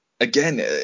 again